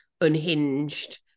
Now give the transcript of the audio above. unhinged